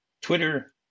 Twitter